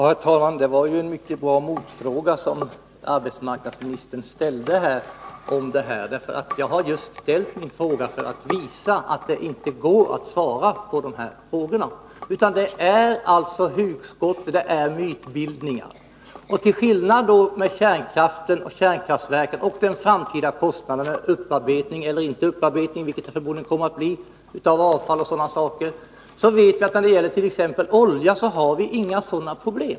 Herr talman! Det var en mycket bra motfråga som arbetsmarknadsministern ställde. Jag har ställt min fråga just för att visa att det inte går att svara på den här typen av frågor. Man har inga säkra uppgifter, utan det är hugskott och mytbildning. Till skillnad från vad som gäller för kärnkraft, där det eventuellt tillkommer kostnader för upparbetning av avfall etc., vet vi att vi för t.ex. olja inte har några sådana problem.